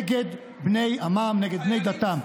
שבה הם יחויבו להיאבק נגד בני עמם, נגד בני דתם.